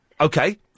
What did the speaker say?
Okay